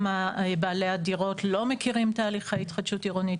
גם בעלי הדירות לא מכירים תהליכי התחדשות עירונית,